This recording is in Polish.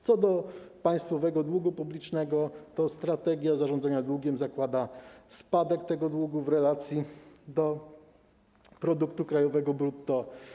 Co do państwowego długu publicznego, to strategia zarządzania długiem zakłada spadek tego długu w relacji do produktu krajowego brutto.